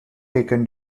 taken